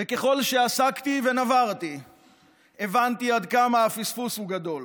וככל שעסקתי ונברתי הבנתי עד כמה הפספוס הוא גדול,